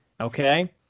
Okay